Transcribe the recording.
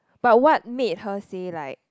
but what made her say like